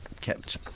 kept